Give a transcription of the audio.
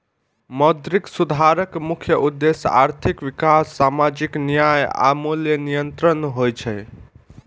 मौद्रिक सुधारक मुख्य उद्देश्य आर्थिक विकास, सामाजिक न्याय आ मूल्य नियंत्रण होइ छै